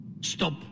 stop